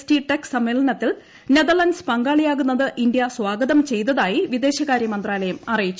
T tech സമ്മേളനത്തിൽ Netherlands പങ്കാളിയാകുന്നത് India സ്വാഗതം ചെയ്തതായി വിദേശകാര്യ മന്ത്രാലയം അറിയിച്ചു